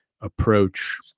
approach